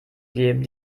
geben